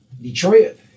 Detroit